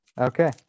Okay